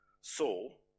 Saul